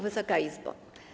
Wysoka Izbo!